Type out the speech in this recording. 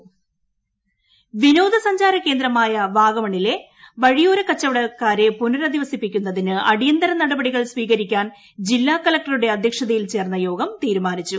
വഴിയോര കച്ചവടം പുനരധിവാസം വിനോദസഞ്ചാര കേന്ദ്രമായ വാഗമണിലെ വഴിയൊര കച്ചവടക്കാരെ പുനരധിവസിപ്പിക്കുന്നതിന് അടിയന്തിര നടപടികൾ സ്വീകരിക്കാൻ ജില്ലാ കളക്ടറുടെ അധ്യക്ഷതയിൽ ചേർന്ന യോഗം തീരുമാനിച്ചു